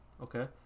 okay